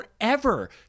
forever